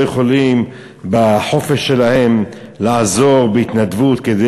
לא יכולים בחופש שלהם לעזור בהתנדבות כדי